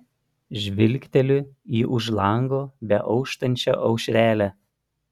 žvilgteliu į už lango beauštančią aušrelę